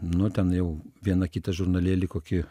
nu ten jau viena kita žurnalėlį kokį